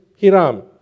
Hiram